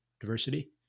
diversity